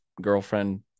girlfriend